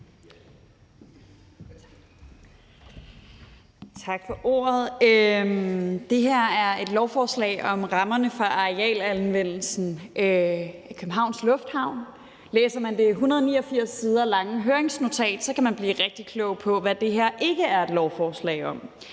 Tak for ordet. Det her er et lovforslag om rammerne for arealanvendelsen i Københavns Lufthavn. Læser man det 189 sider lange høringsnotat, kan man blive rigtig klog på, hvad det her ikke er et lovforslag om.